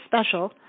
special